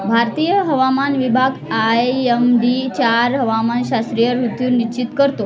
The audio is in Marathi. भारतीय हवामान विभाग आयमडी चार हवामान शास्त्रीय ऋतू निश्चित करतो